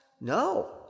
No